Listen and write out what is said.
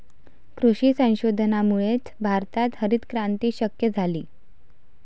कृषी संशोधनामुळेच भारतात हरितक्रांती शक्य झाली